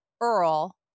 Earl